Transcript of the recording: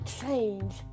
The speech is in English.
change